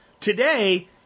Today